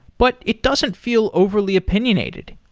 but it doesn't feel overly opinionated.